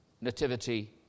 nativity